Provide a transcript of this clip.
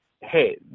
hey